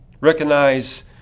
recognize